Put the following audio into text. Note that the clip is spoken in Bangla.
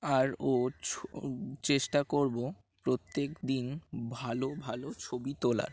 আর ও ছো চেষ্টা করব প্রত্যেকদিন ভালো ভালো ছবি তোলার